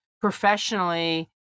professionally